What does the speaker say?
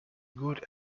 good